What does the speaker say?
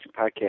Podcast